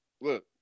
look